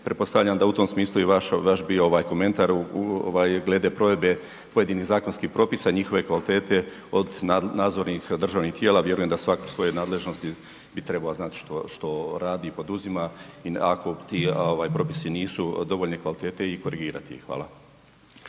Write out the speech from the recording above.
pretpostavljam da u tom smislu i vaš je bio ovaj komentar glede provedbe pojedinih zakonskih propisa i njihove kvalitete od nadzornih državnih tijela, vjerujem da svatko iz svoje nadležnosti bi trebao znati što radi i poduzima i ako ti propisi nisu dovoljne kvalitete i korigirati ih. Hvala.